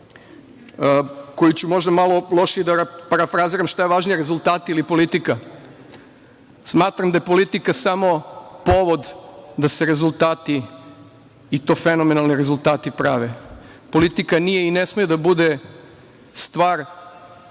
koju ću možda malo lošije da parafraziram – šta je važnije, rezultati ili politika? Smatram da je politika samo povod da se rezultati i to fenomenalni rezultati prave. Politika nije i ne sme da bude stvar